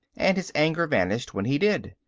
and his anger vanished when he did.